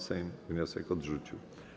Sejm wniosek odrzucił.